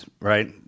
right